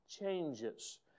changes